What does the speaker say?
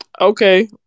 Okay